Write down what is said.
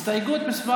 הסתייגות מס'